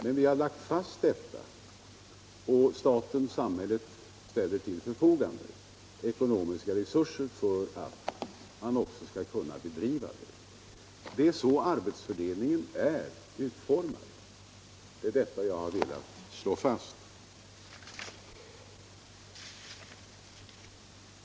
Men vi har lagt fast detta, och staten ställer till förfogande ekonomiska resurser för att man också skall kunna bedriva verksamheten. Det är så arbetsfördelningen är utformad. Detta är vad jag har velat slå fast.